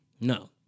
No